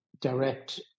direct